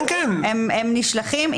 הם נשלחים.